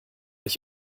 ich